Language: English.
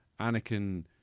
Anakin